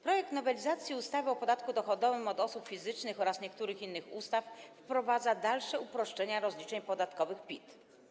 Projekt nowelizacji ustawy o podatku dochodowym od osób fizycznych oraz niektórych innych ustaw wprowadza dalsze uproszczenia rozliczeń podatkowych PIT.